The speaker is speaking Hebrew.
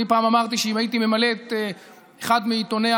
אני פעם אמרתי שאם הייתי ממלא את אחד מהעיתונים